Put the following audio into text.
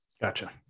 Gotcha